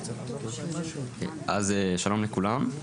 אז שלום לכולם,